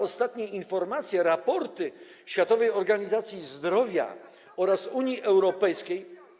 Ostatnie informacje, raporty Światowej Organizacji Zdrowia oraz Unii Europejskiej.